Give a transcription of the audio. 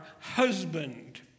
husband